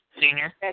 Senior